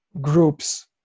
groups